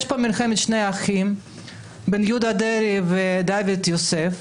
יש פה מלחמת שני אחים בין יהודה דרעי לדוד יוסף.